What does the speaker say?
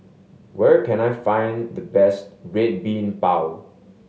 where can I find the best Red Bean Bao